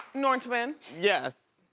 norman. yes.